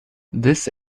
this